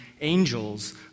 angels